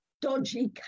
dodgy